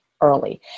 early